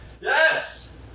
Yes